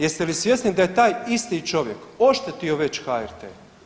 Jeste li svjesni da je taj isti čovjek oštetio već HRT?